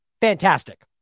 Fantastic